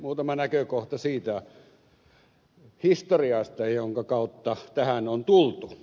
muutama näkökohta siitä historiasta jonka kautta tähän on tultu